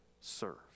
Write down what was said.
serve